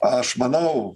aš manau